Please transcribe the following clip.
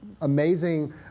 amazing